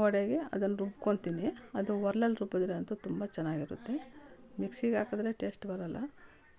ವಡೇಗೆ ಅದನ್ನು ರುಬ್ಕೊಂತ್ತೀನಿ ಅದು ಒರ್ಳಲ್ ರುಬ್ಬಿದರೆ ಅಂತು ತುಂಬ ಚೆನ್ನಾಗಿರುತ್ತೆ ಮಿಕ್ಸಿಗೆ ಹಾಕದ್ರೆ ಟೇಸ್ಟ್ ಬರಲ್ಲ